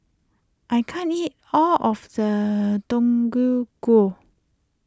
I can't eat all of the Deodeok Gui